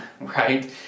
right